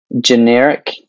generic